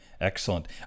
Excellent